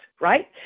right